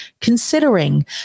considering